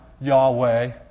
Yahweh